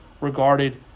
regarded